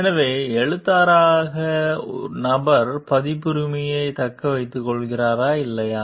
எனவே எழுத்தாளராக நபர் பதிப்புரிமையைத் தக்க வைத்துக் கொள்கிறாரா இல்லையா